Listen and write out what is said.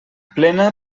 plena